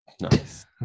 Nice